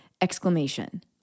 exclamation